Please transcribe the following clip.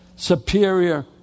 Superior